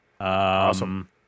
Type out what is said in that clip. Awesome